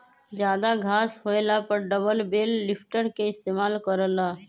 जादा घास होएला पर डबल बेल लिफ्टर के इस्तेमाल कर ल